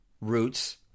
roots